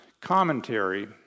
commentary